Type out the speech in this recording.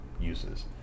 uses